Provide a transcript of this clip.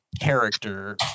character